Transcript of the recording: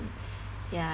ya